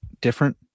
different